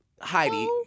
Heidi